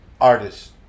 artist